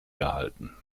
gehalten